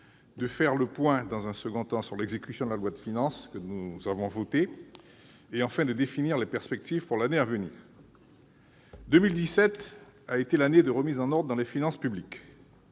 de faire le point sur l'exécution de la loi de finances que nous avons adoptée, enfin de définir les perspectives pour l'année à venir. L'exercice 2017 a été une année de remise en ordre dans les finances publiques.